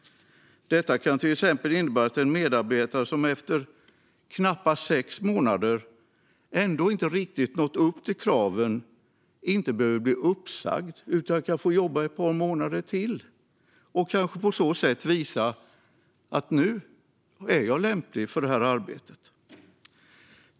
Detta kan till exempel innebära att en medarbetare som efter knappa sex månader inte riktigt har nått upp till kraven inte behöver bli uppsagd utan kan få jobba ett par månader till och kanske på så sätt kan visa att den är lämplig för arbetet.